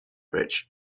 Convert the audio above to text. bridge